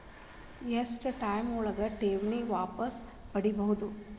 ಎಷ್ಟು ಟೈಮ್ ಒಳಗ ಠೇವಣಿ ವಾಪಸ್ ಪಡಿಬಹುದು?